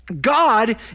God